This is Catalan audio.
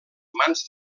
mans